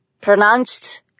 pronounced